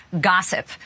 gossip